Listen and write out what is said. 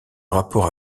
rapport